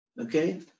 okay